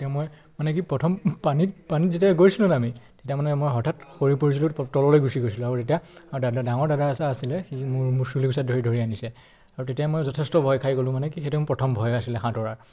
তেতিয়া মই মানে কি প্ৰথম পানীত পানীত যেতিয়া গৈছিলোঁ নামি তেতিয়া মানে মই হঠাৎ সৰি পৰিছিলোঁ তললৈ গুচি গৈছিলোঁ আৰু তেতিয়া আৰু দাদা ডাঙৰ দাদা এটা আছিলে সি মোৰ চুলিকোচাত ধৰি ধৰি আনিছে আৰু তেতিয়া মই যথেষ্ট ভয় খাই গ'লোঁ মানে কি সেইটো মোৰ প্ৰথম ভয় আছিলে সাঁতোৰাৰ